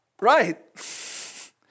right